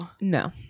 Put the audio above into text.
No